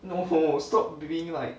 no stop being like